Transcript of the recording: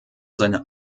seine